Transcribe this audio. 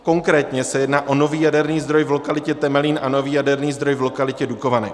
Konkrétně se jedná o nový jaderný zdroj v lokalitě Temelín a nový jaderný zdroj v lokalitě Dukovany.